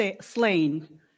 slain